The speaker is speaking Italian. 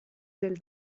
del